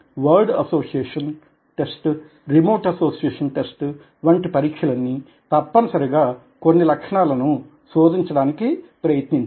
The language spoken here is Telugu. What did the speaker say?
word association test remote association test వంటి పరీక్షలన్నీ తప్పనిసరిగా కొన్ని లక్షణాలను శోధించడానికి కి ప్రయత్నించాయి